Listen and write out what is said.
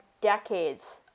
decades